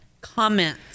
comment